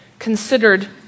considered